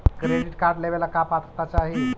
Credit card लेवेला का पात्रता चाही?